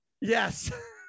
Yes